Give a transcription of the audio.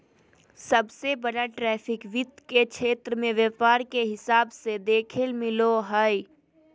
सबसे बड़ा ट्रैफिक वित्त के क्षेत्र मे व्यापार के हिसाब से देखेल मिलो हय